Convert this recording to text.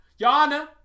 Yana